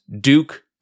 Duke